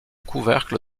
couvercle